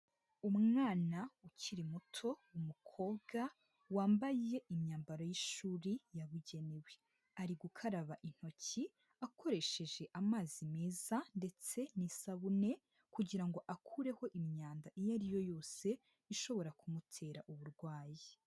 Umwana ukiri muto umukobwa wambaye imyambaro y'ishuri yabugenewe, ari gukaraba intoki akoresheje amazi meza ndetse n'isabune kugira ngo akureho imyanda iyo ari yo yose ishobora kumutera uburwayi.